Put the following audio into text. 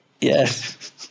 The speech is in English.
Yes